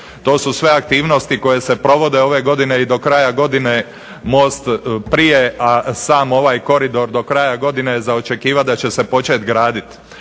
To su sve aktivnosti koje se provode ove godine most prije, a sam ovaj koridor do kraja godine je za očekivati da će se početi graditi.